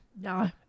No